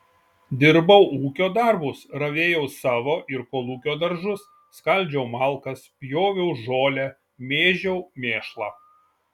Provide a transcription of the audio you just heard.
dirbau ūkio darbus ravėjau savo ir kolūkio daržus skaldžiau malkas pjoviau žolę mėžiau mėšlą